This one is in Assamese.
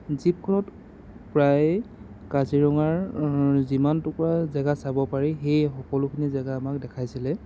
জীপখনত প্ৰায় কাজিৰঙাৰ যিমান টুকুৰা জেগা চাব পাৰি সেই সকলোখিনি জেগা আমাক দেখাইছিলে